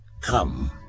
Come